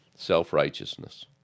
self-righteousness